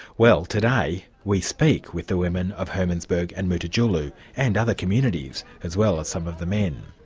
well today we speak with the women of hermannsburg and mutitjulu and other communities, as well as some of the men.